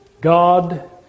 God